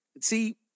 See